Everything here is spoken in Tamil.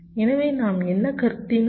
எனவே நாம் என்ன கருதினோம்